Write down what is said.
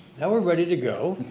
now, we're ready to go